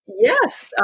Yes